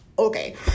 okay